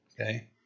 okay